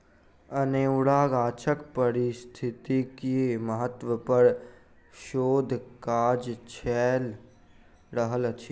अनेरुआ गाछक पारिस्थितिकीय महत्व पर शोध काज चैल रहल अछि